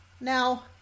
Now